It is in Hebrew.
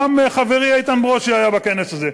גם חברי איתן ברושי היה בכנס הזה,